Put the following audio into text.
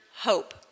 hope